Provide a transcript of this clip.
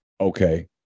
okay